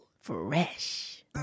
Fresh